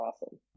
awesome